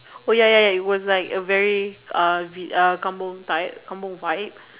oh ya ya ya it was like a very uh Kampung type Kampung vibe